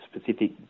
specific